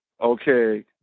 okay